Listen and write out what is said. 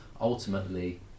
ultimately